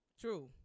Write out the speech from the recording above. True